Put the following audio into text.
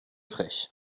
frais